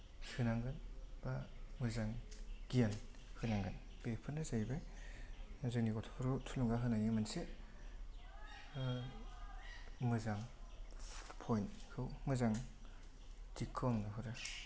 सोनांगोन बा मोजां गियान होनांगोन बेफोरनो जाहैबाय जोंनि गथ'फोरखौ थुलुंगा होनायनि मोनसे मोजां फयन्तखौ मोजां दिगखौ आं नुहरो